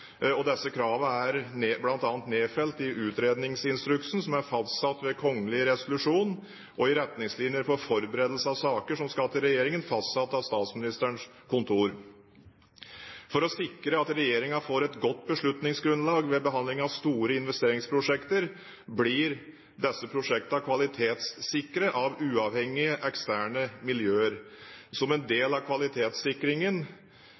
Disse kravene er bl.a. nedfelt i utredningsinstruksen, som er fastsatt ved kongelig resolusjon, og i retningslinjer for forberedelse av saker som skal til regjeringen, fastsatt av Statsministerens kontor. For å sikre at regjeringen får et godt beslutningsgrunnlag ved behandlingen av store investeringsprosjekter, blir disse prosjektene kvalitetssikret av uavhengige, eksterne miljøer. Som en